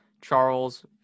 Charles